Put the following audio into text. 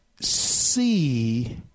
see